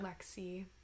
lexi